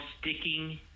sticking